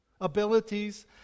abilities